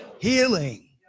Healing